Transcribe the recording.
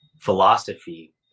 philosophy